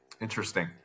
Interesting